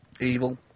Evil